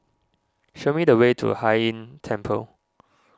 show me the way to Hai Inn Temple